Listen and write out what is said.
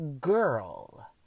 girl